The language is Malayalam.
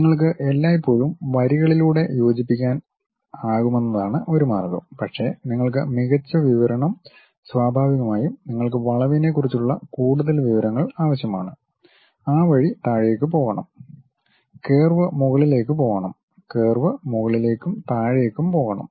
നിങ്ങൾക്ക് എല്ലായ്പ്പോഴും വരികളിലൂടെ യോജിപ്പിക്കാൻ ആകുമെന്നതാണ് ഒരു മാർഗം പക്ഷേ നിങ്ങൾക്ക് മികച്ച വിവരണം സ്വാഭാവികമായും നിങ്ങൾക്ക് വളവിനെക്കുറിച്ചുള്ള കൂടുതൽ വിവരങ്ങൾ ആവശ്യമാണ് ആ വഴി താഴേക്ക് പോകണം കർവ് മുകളിലേക്ക് പോകണം കർവ് മുകളിലേക്കും താഴേക്കും പോകണം